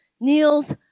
Kneels